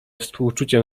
współczuciem